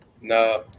No